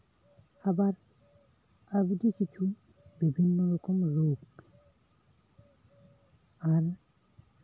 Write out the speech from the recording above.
ᱟᱵᱟᱨ ᱟᱹᱰᱤ ᱠᱤᱪᱷᱩ ᱵᱤᱵᱷᱤᱱᱱᱚ ᱨᱚᱠᱚᱢ ᱨᱳᱜ ᱟᱨ